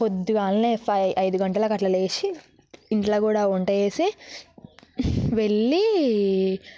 పొద్దున్నే ఫైవ్ ఐదు గంటలకి అలా లేచి ఇంట్లో కూడా వంట చేసి వెళ్ళి